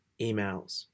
emails